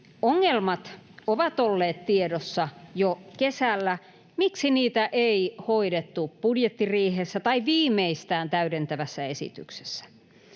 Ongelmat ovat olleet tiedossa jo kesällä — miksi niitä ei hoidettu budjettiriihessä tai viimeistään täydentävässä esityksessä?